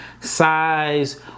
size